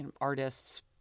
artists